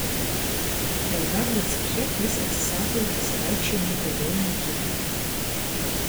dėl darbo ceche jis atsisako ir pasivaikščiojimų kalėjimo kieme